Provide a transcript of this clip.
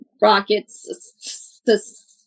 rockets